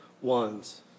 ones